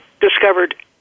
discovered